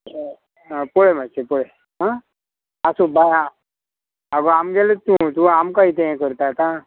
आं पय मातशें पळय पळय आं आसूं बाय आगो आमगेलेंच तूं तूं आमकां कितें हें करता आतां